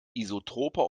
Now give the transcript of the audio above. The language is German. isotroper